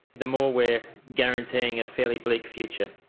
the more we are guaranteeing a fairly bleak future.